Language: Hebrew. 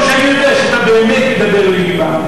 כמו שאני יודע שאתה באמת מדבר ללבם,